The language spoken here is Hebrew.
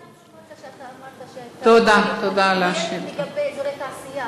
מה האינפורמציה שאתה אמרת שיש לגבי אזורי תעשייה?